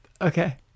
Okay